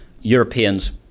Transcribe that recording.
Europeans